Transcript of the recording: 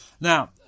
Now